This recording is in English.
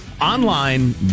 Online